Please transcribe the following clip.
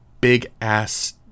big-ass